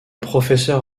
professeur